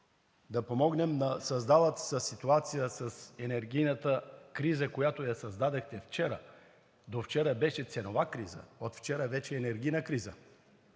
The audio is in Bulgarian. да помогнем на създалата се ситуация с енергийната криза, която я създадохте вчера – до вчера беше ценова криза, а от вчера вече е енергийна криза,